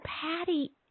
patty